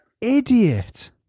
idiot